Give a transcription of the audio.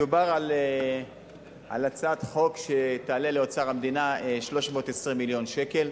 מדובר על הצעת חוק שתעלה לאוצר המדינה 320 מיליון שקל,